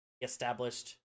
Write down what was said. established